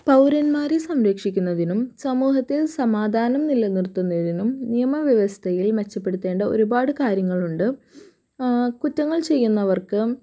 പൗരൻമാരെ സംരക്ഷിക്കുന്നതിനും സമൂഹത്തിൽ സമാധാനം നിലനിർത്തുന്നതിനും നിയമ വ്യവസ്ഥയിൽ മെച്ചപ്പെടുത്തേണ്ട ഒരുപാട് കാര്യങ്ങളുണ്ട് കുറ്റങ്ങൾ ചെയ്യുന്നവർക്കും